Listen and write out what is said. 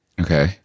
Okay